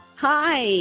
Hi